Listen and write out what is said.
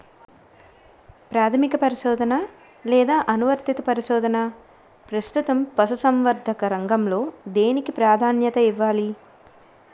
ప్రాథమిక పరిశోధన లేదా అనువర్తిత పరిశోధన? ప్రస్తుతం పశుసంవర్ధక రంగంలో దేనికి ప్రాధాన్యత ఇవ్వాలి?